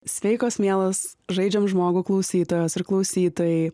sveikos mielos žaidžiam žmogų klausytojos ir klausytojai